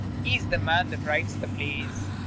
he's the man that writes the plays.